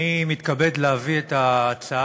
גם הצעה